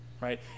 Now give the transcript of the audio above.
right